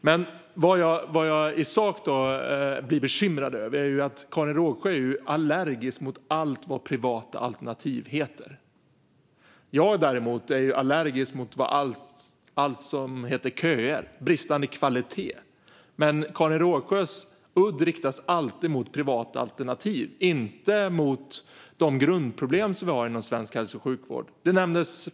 Men det som jag i sak blir bekymrad över är att Karin Rågsjö är allergisk mot allt vad privata alternativ heter. Jag däremot är allergisk mot allt vad köer och bristande kvalitet heter. Men Karin Rågsjös udd riktas alltid mot privata alternativ och inte mot de grundproblem vi har i svensk hälso och sjukvård.